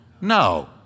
No